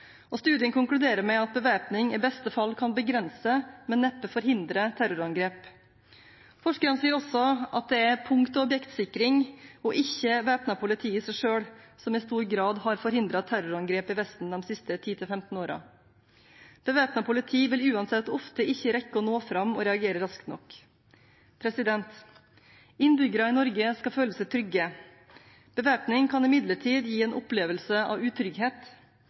Studien konkluderer med at bevæpning i beste fall kan begrense, men neppe forhindre terrorangrep. Forskerne sier også at det er punkt- og objektsikring og ikke væpnet politi i seg selv som i stor grad har forhindret terrorangrep i Vesten de siste 10–15 årene. Bevæpnet politi vil uansett ofte ikke rekke å nå fram og reagere raskt nok. Innbyggerne i Norge skal føle seg trygge. Bevæpning kan imidlertid gi en opplevelse av utrygghet.